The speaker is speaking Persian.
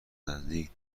نزدیک